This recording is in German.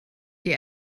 die